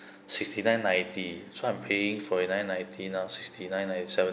sixty nine ninety which I'm paying forty nine nineteen or sixty nine nine seven~